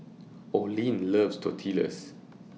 Olin loves Tortillas